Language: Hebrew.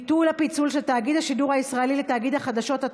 ביטול הפיצול של תאגיד השידור הישראלי לתאגיד החדשות),